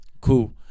cool